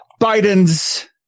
Biden's